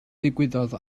ddigwyddodd